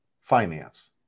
finance